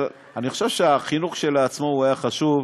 אני חושב שהחינוך כשלעצמו היה חשוב,